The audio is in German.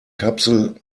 kapsel